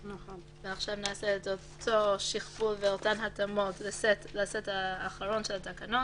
נעשה את אותו שכפול ואותן התאמות לסט האחרון של התקנות,